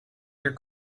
your